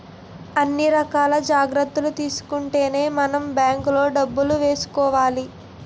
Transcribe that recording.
అన్ని రకాల జాగ్రత్తలు తీసుకుంటేనే మనం బాంకులో డబ్బులు ఏసుకోవాలి